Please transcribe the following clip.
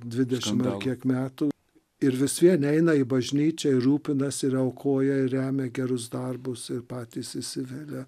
dvidešim kiek metų ir vis vien eina į bažnyčią ir rūpinasi ir aukoja ir remia gerus darbus ir patys įsivelia